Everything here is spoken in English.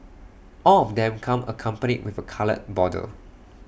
all of them come accompanied with A coloured border